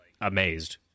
amazed